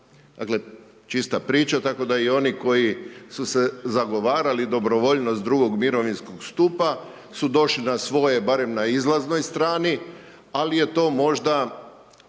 Dakle, čista priča, tako da i oni koji su se zagovarali dobrovoljnost drugog mirovinskog stupa su došli na svoje, barem na izlaznoj strani, ali je to možda